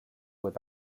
with